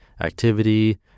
activity